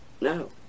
no